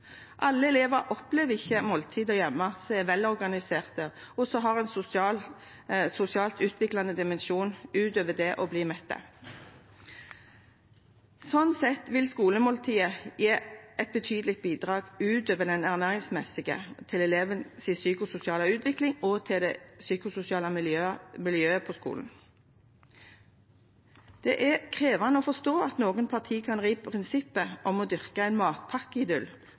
Alle elever opplever ikke måltid hjemme som er velorganiserte, og som har en sosialt utviklende dimensjon utover det å bli mett. Sånn sett vil skolemåltidet gi et betydelig bidrag utover det ernæringsmessige til elevens psykososiale utvikling og til det psykososiale miljøet på skolen. Det er krevende å forstå at noen partier kan ri prinsippet om å dyrke en